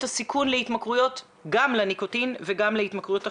הסיכון להתמכרויות גם לניקוטין וגם להתמכרויות אחרות.